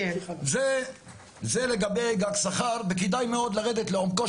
זה לגבי גם שכר וכדאי מאוד לרדת לעומקו